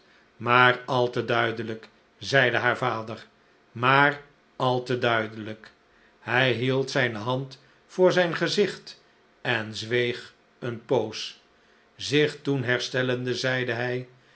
maar al te duidelijk zeide haar vader maar al te duidelijk hij hield zijne hand voor zijn gezicht en zweeg eene poos zich toen herstellende zeide hij